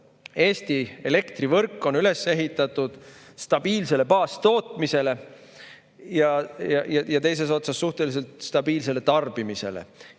Eesti elektrivõrk on üles ehitatud stabiilsele baastootmisele ja teises otsas suhteliselt stabiilsele tarbimisele.